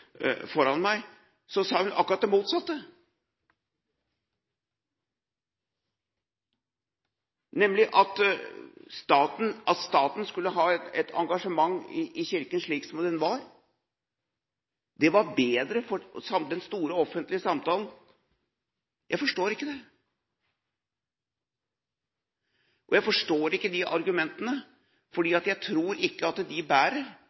meg, hun sa akkurat det motsatte. At staten skulle ha et engasjement i Kirken, slik det var, var bedre for den store offentlige samtalen – jeg forstår ikke det. Jeg forstår ikke de argumentene, for jeg tror ikke de bærer.